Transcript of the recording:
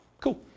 Cool